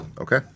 Okay